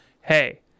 Hey